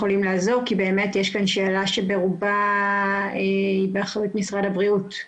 באמת יש כאן שאלה שברובה היא באחריות משרד הבריאות.